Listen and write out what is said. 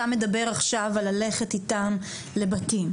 אתה מדבר עכשיו על ללכת איתם לבתים.